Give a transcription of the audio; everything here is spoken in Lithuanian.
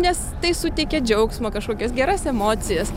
nes tai suteikia džiaugsmą kažkokias geras emocijas